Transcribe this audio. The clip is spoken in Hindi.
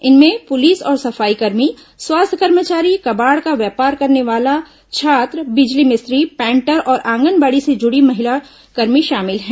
इनमें पुलिस और सफाई कर्मी स्वास्थ्य कर्मचारी कबाड़ का व्यापार करने वाला छात्र बिजली मिस्त्री पेंटर और आंगनबाड़ी से जुड़ी महिलाकर्मी शामिल हैं